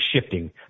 shifting